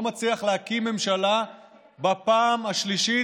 לא מצליח להקים ממשלה בפעם השלישית,